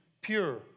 pure